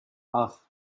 acht